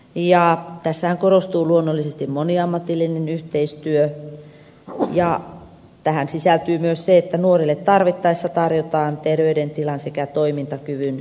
tässähän korostuu luonnollisesti moniammatillinen yhteistyö ja tähän sisältyy myös se että nuorille tarvittaessa tarjotaan terveydentilan sekä toimintakyvyn selvittämistä